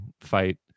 fight